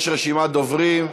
יש רשימת דוברים.